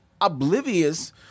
oblivious